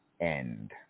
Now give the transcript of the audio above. end